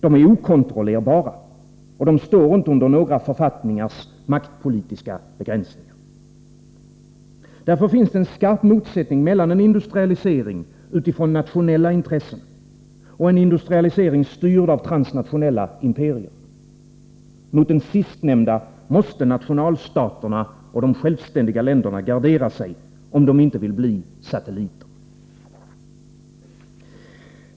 De är okontrollerbara, och de står inte under några författningars maktpolitiska begränsningar. Därför finns en skarp motsättning mellan en industrialisering utifrån nationella intressen och en industrialisering styrd av transnationella imperier. Mot den sistnämnda måste nationalstaterna och de självständiga länderna gardera sig, om de inte vill bli satelliter.